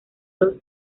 los